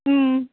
ఆ